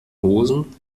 hosen